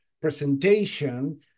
presentation